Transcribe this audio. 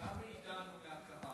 גם מאיתנו, מהקהל.